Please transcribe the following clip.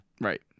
right